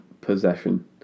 possession